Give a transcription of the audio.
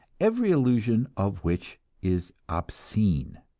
every allusion of which is obscene.